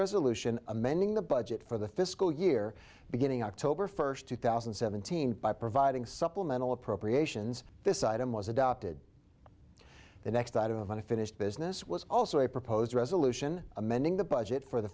resolution amending the budget for the fiscal year beginning october first two thousand and seventeen by providing supplemental appropriations this item was adopted the next item of unfinished business was also a proposed resolution amending the budget for the